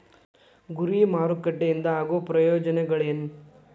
ಗುರಿ ಮಾರಕಟ್ಟೆ ಇಂದ ಆಗೋ ಪ್ರಯೋಜನಗಳೇನ